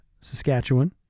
Saskatchewan